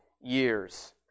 years